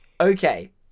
Okay